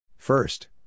First